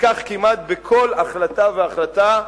וכך כמעט בכל החלטה והחלטה.